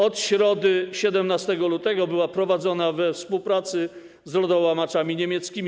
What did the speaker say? Od środy 17 lutego była prowadzona we współpracy z lodołamaczami niemieckimi.